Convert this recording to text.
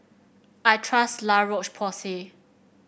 I trust La Roche Porsay